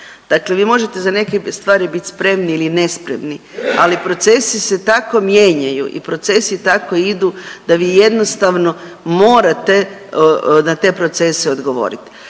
dakle vi možete za neke stvari bit spremni ili nespremni, ali procesi se tako mijenjaju i procesi tako idu da vi jednostavno morate na te procese odgovorit.